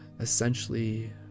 Essentially